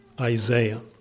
Isaiah